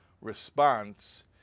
response